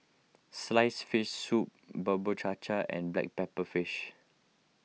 Sliced Fish Soup Bubur Cha Cha and Black Pepper Fish